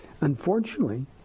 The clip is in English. unfortunately